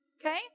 Okay